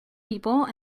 people